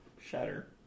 Shatter